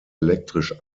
elektrisch